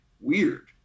weird